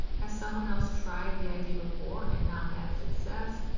has someone else tried the idea before and not had success?